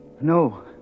No